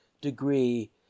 degree